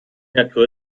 natur